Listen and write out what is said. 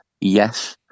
yes